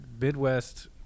Midwest